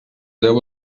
deu